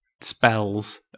spells